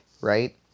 right